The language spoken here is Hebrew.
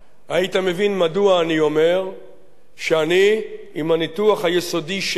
היית מבין מדוע אני אומר שאני מסכים עם הניתוח היסודי שלו,